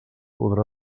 podrà